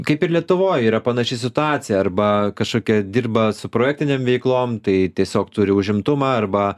kaip ir lietuvoj yra panaši situacija arba kažkokia dirba su projektinėm veiklom tai tiesiog turi užimtumą arba